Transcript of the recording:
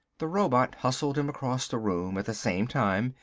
the robot hustled him across the room at the same time,